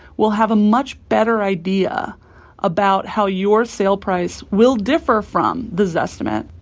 will have a much better idea about how your sale price will differ from the zestimate,